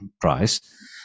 price